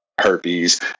Herpes